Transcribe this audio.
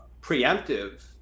preemptive